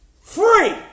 free